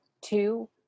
two